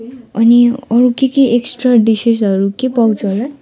अनि अरू के के एक्स्ट्रा डिसेसहरू के पाउँछ होला